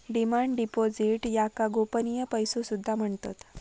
demand deposits याका गोपनीय पैसो सुद्धा म्हणतत